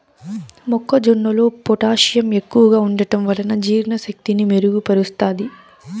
మొక్క జొన్నలో పొటాషియం ఎక్కువగా ఉంటడం వలన జీర్ణ శక్తిని మెరుగు పరుస్తాది